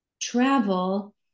travel